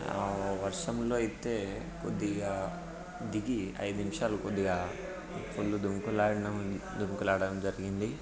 ఆ వర్షంలో అయితే కొద్దిగా దిగి ఐదు నిమిషాలు కొద్దిగా ఫుల్ దూకులాడాము దూకులాడటం జరిగింది